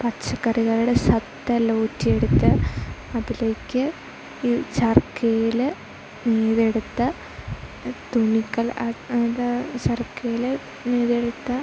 പച്ചക്കറികളുടെ സത്ത് എല്ലാം ഊറ്റി എടുത്തു അതിലേക്ക് ഈ ചർക്കയിൽ നെയ്തെടുത്ത തുണികൾ ആ അത് ചർക്കയിൽ നെയ്തെടുത്ത